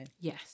Yes